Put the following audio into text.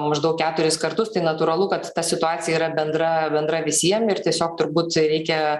maždaug keturis kartus tai natūralu kad ta situacija yra bendra bendra visiem ir tiesiog turbūt reikia